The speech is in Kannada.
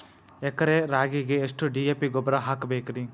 ಎಕರೆ ರಾಗಿಗೆ ಎಷ್ಟು ಡಿ.ಎ.ಪಿ ಗೊಬ್ರಾ ಹಾಕಬೇಕ್ರಿ?